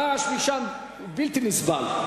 הרעש משם הוא בלתי נסבל.